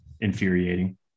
infuriating